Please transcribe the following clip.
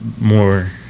more